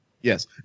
Yes